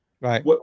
Right